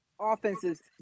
offenses